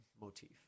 motif